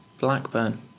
Blackburn